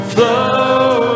Flow